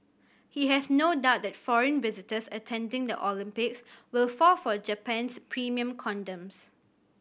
he has no doubt that foreign visitors attending the Olympics will fall for Japan's premium condoms